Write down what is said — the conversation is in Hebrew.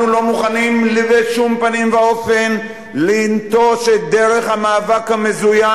אנחנו לא מוכנים בשום פנים ואופן לנטוש את דרך מאבק המזוין,